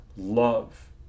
love